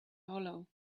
hollow